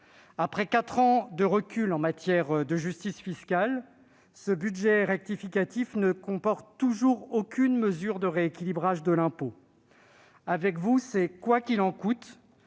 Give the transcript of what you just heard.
Après quatre ans de recul en matière de justice fiscale, ce projet de loi de finances rectificative ne comporte toujours aucune mesure de rééquilibrage de l'impôt. Avec vous, c'est « quoi qu'il en coûte